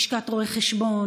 לשכת רואי חשבון,